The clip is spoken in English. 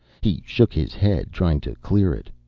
he shook his head, trying to clear it.